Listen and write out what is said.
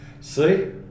see